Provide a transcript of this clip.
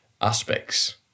aspects